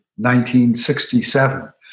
1967